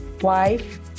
wife